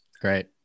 Great